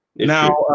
now